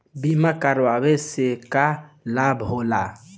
बीमा करावे से का लाभ होला?